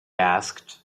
asked